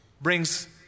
brings